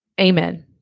Amen